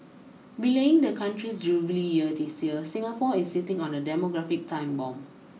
belying the country's Jubilee this year Singapore is sitting on a demographic time bomb